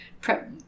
prep